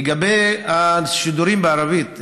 לגבי השידורים בערבית,